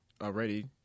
already